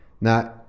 Now